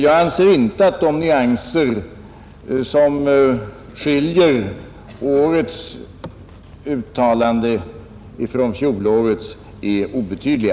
Jag anser emellertid inte att de nyanser som skiljer årets uttalande från fjolårets är obetydliga.